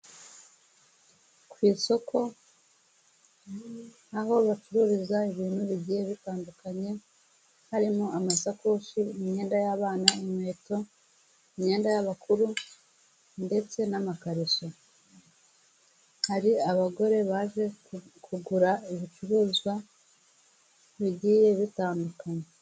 Ku isoko aho bacururiza ibintu bigiye bitandukanye, harimo amasakoshi, imyenda y'abana, inkweto, imyenda y'abakuru ndetse n'amakariso, hari abagore baje kugura ibicuruzwa bigiye bitandukanye.